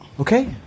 Okay